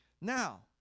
Now